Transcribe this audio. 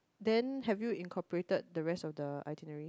then have you incorporated the rest of the itinerary